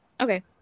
okay